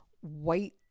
white